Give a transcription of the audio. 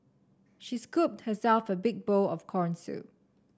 she scooped herself a big bowl of corn soup